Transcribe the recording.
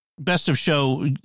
best-of-show